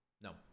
No